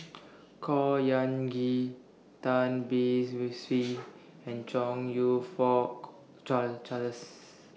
Khor Ean Ghee Tan Beng IS Swee and Chong YOU Fook Char Charles